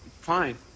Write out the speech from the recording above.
fine